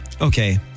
okay